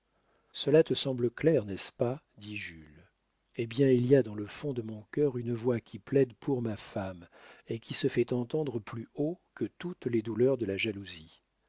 cela te semble clair n'est-ce pas dit jules eh bien il y a dans le fond de mon cœur une voix qui plaide pour ma femme et qui se fait entendre plus haut que toutes les douleurs de la jalousie